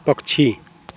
पक्षी